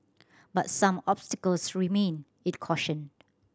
but some obstacles remain it cautioned